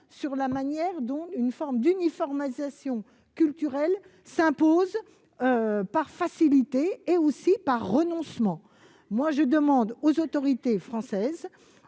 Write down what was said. sur la manière dont une forme d'uniformisation culturelle s'impose, par facilité et par renoncement. Je demande aux autorités françaises